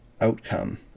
outcome